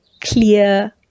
clear